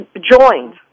joined